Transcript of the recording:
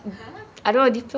!huh!